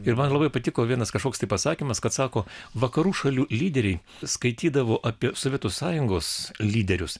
ir man labai patiko vienas kažkoks tai pasakymas kad sako vakarų šalių lyderiai skaitydavo apie sovietų sąjungos lyderius